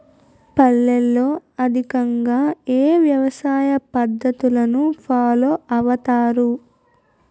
పల్లెల్లో అధికంగా ఏ వ్యవసాయ పద్ధతులను ఫాలో అవతారు?